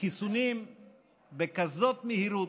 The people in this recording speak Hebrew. חיסונים בכזאת מהירות,